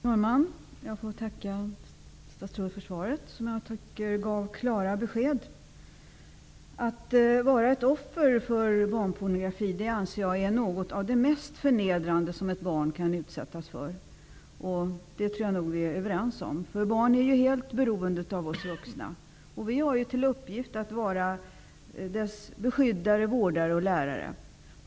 Herr talman! Jag får tacka statsrådet för svaret, som jag tycker gav klara besked. Jag anser att något av det mest förnedrande som ett barn kan utsättas för är att bli ett offer för barnpornografi. Jag tror också att vi är överens om detta. Barnet är helt beroende av oss vuxna, och vi har till uppgift att vara dess beskyddare, vårdare och lärare.